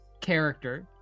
character